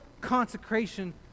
consecration